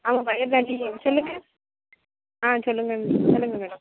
அவங்க பையன் தான் சொல்லுங்கள் ஆ சொல்லுங்கள் சொல்லுங்கள் மேடம்